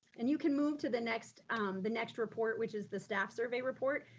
and you can move to the next the next report which is the staff survey report.